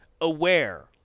aware